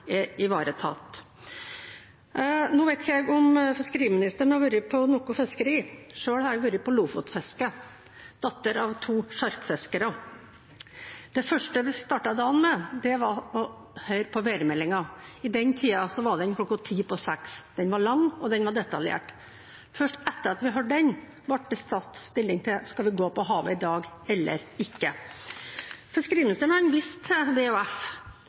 er ivaretatt. Nå vet ikke jeg om fiskeriministeren har vært med på fiskeri. Selv har jeg som datter av to sjarkfiskere vært på lofotfiske. Det første vi startet dagen med, var å høre på værmeldingen. I den tiden var værmeldingen klokken ti på seks, den var lang, og den var detaljert. Først etter at vi hadde hørt den, ble det tatt stilling: Skal vi gå på havet i dag, eller ikke? Fiskeriministeren viste til